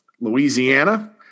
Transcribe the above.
Louisiana